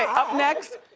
up next,